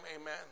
amen